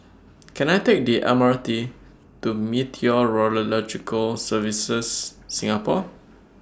Can I Take The M R T to Meteorological Services Singapore